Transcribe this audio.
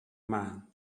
man